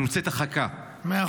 אני רוצה את החכה -- מאה אחוז.